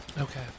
Okay